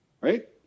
Right